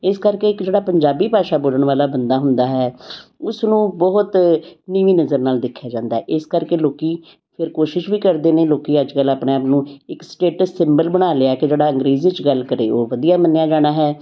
ਇਸ ਕਰਕੇ ਇੱਕ ਜਿਹੜਾ ਪੰਜਾਬੀ ਭਾਸ਼ਾ ਬੋਲਣ ਵਾਲਾ ਬੰਦਾ ਹੁੰਦਾ ਹੈ ਉਸ ਨੂੰ ਬਹੁਤ ਨੀਵੀਂ ਨਜ਼ਰ ਨਾਲ ਦੇਖਿਆ ਜਾਂਦਾ ਇਸ ਕਰਕੇ ਲੋਕੀ ਫਿਰ ਕੋਸ਼ਿਸ਼ ਵੀ ਕਰਦੇ ਨੇ ਲੋਕੀ ਅੱਜ ਕੱਲ੍ਹ ਆਪਣੇ ਆਪ ਨੂੰ ਇੱਕ ਸਟੇਟਸ ਸਿੰਬਲ ਬਣਾ ਲਿਆ ਕਿ ਜਿਹੜਾ ਅੰਗਰੇਜ਼ੀ 'ਚ ਗੱਲ ਕਰੇ ਉਹ ਵਧੀਆ ਮੰਨਿਆ ਜਾਣਾ ਹੈ